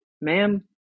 ma'am